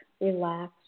relax